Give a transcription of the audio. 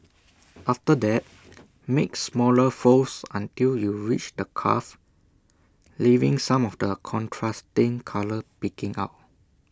after that make smaller folds until you reach the cuff leaving some of the contrasting colour peeking out